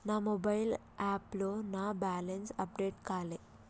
నా మొబైల్ యాప్లో నా బ్యాలెన్స్ అప్డేట్ కాలే